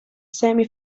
semi